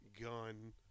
gun